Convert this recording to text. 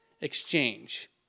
exchange